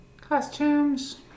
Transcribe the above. Costumes